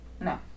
no